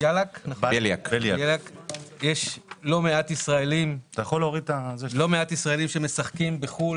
יש לא מעט ישראלים שמשחקים בחו"ל.